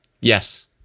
Yes